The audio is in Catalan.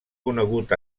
conegut